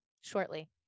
shortly